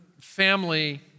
family